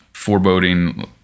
foreboding